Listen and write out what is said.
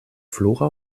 flora